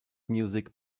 music